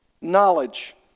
Knowledge